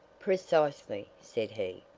precisely! said he.